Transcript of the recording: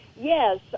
Yes